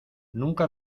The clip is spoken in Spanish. nunca